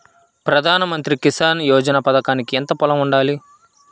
ప్రధాన మంత్రి కిసాన్ యోజన పథకానికి ఎంత పొలం ఉండాలి?